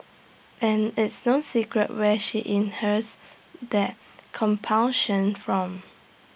and it's no secret where she inherits that compunction from